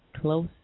close